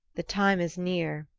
the time is near,